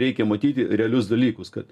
reikia matyti realius dalykus kad